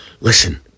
listen